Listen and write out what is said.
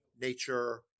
nature